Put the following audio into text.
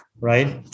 right